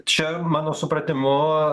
čia mano supratimu